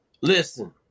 Listen